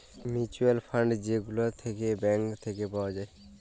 mutual fund যে গুলা থাক্যে ব্যাঙ্ক থাক্যে পাওয়া যায়